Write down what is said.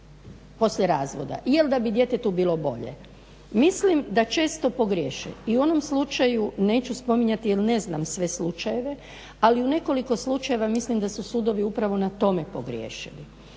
da bi djetetu bilo bolje. Mislim da često pogriješe. I u onom slučaju neću spominjati jer ne znam sve slučajeve, ali u nekoliko slučajeva mislim da su sudovi upravo na tome pogriješili.